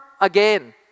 again